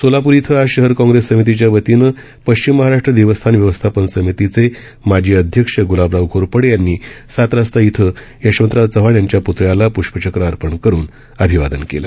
सोलापूर इथं आज शहर काँग्रेस समीतीच्या वतीनं प्रश्चिम महाराष्ट्र देवस्थान व्यवस्थापन समीतीचे माजी अध्यक्ष ग्रलाबराव घोरपडे यांनी सातरस्ता इथं यशवंतराव चव्हाण यांच्या प्तळ्याला प्ष्पचक्र अर्पण करून अभिवादन केलं